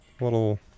little